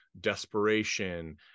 desperation